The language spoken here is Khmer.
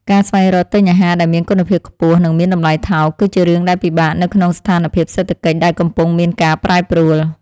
ការស្វែងរកទិញអាហារដែលមានគុណភាពខ្ពស់ និងមានតម្លៃថោកគឺជារឿងដែលពិបាកនៅក្នុងស្ថានភាពសេដ្ឋកិច្ចដែលកំពុងមានការប្រែប្រួល។